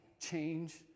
change